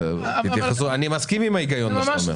אני מסכים עם ההיגיון הזה.